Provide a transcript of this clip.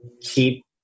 keep